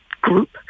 group